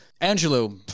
Angelo